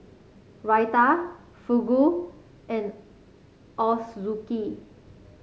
Raita Fugu and Ochazuke